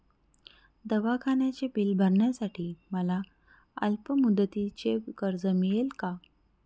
दवाखान्याचे बिल भरण्यासाठी मला अल्पमुदतीचे कर्ज मिळेल का?